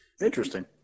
Interesting